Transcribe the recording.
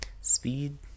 speed